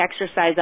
exercise